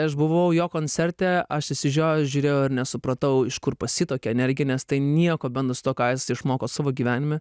aš buvau jo koncerte aš išsižiojęs žiūrėjau ir nesupratau iš kur pas jį tokia energija nes tai nieko bendro su tuo ką jis išmoko savo gyvenime